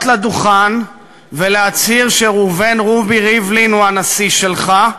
לדוכן ולהצהיר שראובן רובי ריבלין הוא הנשיא שלך,